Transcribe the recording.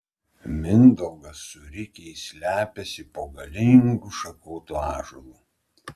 mindaugas su rikiais slepiasi po galingu šakotu ąžuolu